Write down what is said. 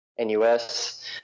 NUS